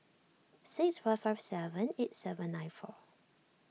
six five five seven eight seven nine four